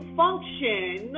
function